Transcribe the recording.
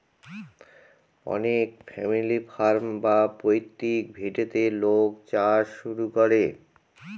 অনেক family farm বা পৈতৃক ভিটেতে লোক চাষ শুরু করে